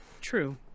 True